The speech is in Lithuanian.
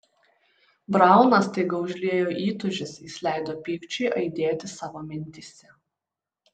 brauną staiga užliejo įtūžis jis leido pykčiui aidėti savo mintyse